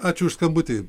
ačiū už skambutį